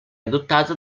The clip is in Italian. adottata